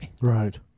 Right